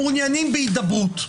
מעוניינים בהידברות.